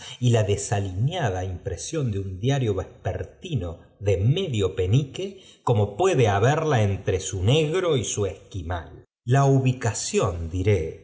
y la desaliñada impresión de un diario vespertino de medio penique como puede haberla entre su negro y su esquimal la ubicación diré